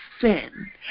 sin